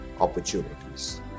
opportunities